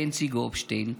בנצי גופשטיין.